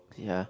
ya